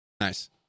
Nice